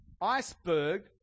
iceberg